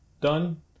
done